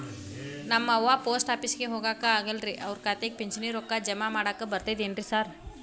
ನಮ್ ಅವ್ವ ಪೋಸ್ಟ್ ಆಫೇಸಿಗೆ ಹೋಗಾಕ ಆಗಲ್ರಿ ಅವ್ರ್ ಖಾತೆಗೆ ಪಿಂಚಣಿ ರೊಕ್ಕ ಜಮಾ ಮಾಡಾಕ ಬರ್ತಾದೇನ್ರಿ ಸಾರ್?